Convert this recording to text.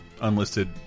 unlisted